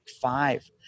five